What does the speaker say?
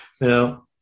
Now